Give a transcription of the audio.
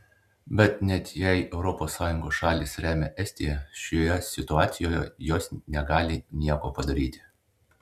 bet net jei europos sąjungos šalys remia estiją šioje situacijoje jos negali nieko padaryti